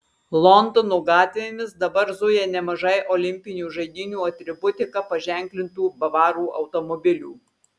londono gatvėmis dabar zuja nemažai olimpinių žaidynių atributika paženklintų bavarų automobilių